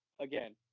again